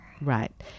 Right